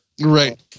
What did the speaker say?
Right